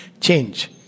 change